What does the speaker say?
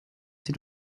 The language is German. sie